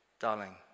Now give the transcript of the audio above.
Darling